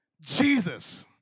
Jesus